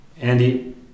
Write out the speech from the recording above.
Andy